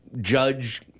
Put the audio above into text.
judge